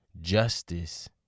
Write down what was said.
justice